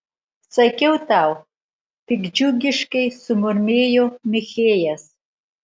sakiau tau piktdžiugiškai sumurmėjo michėjas